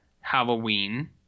Halloween